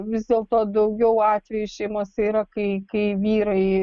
vis dėlto daugiau atvejų šeimose yra kai kai vyrai